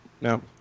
No